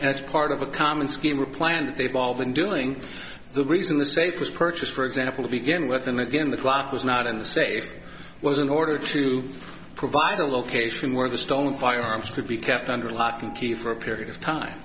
and it's part of a common scheme or plan that they've all been doing the reason the states was purchased for example to begin with them again the clock was not in the safe was in order to provide a location where the stone firearms could be kept under lock and key for a period of time